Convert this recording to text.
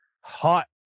hot